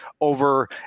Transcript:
over